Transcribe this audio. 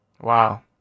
Wow